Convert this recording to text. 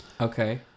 Okay